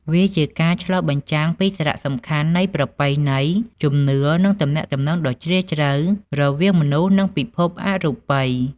វាជាការឆ្លុះបញ្ចាំងពីសារៈសំខាន់នៃប្រពៃណី ជំនឿ និងទំនាក់ទំនងដ៏ជ្រាលជ្រៅរវាងមនុស្ស និងពិភពអរូបិយ។